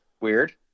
weird